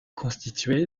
constitué